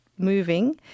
moving